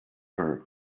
her